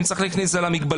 אם צריך להכניס את זה למגבלות,